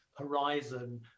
horizon